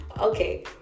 Okay